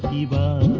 nba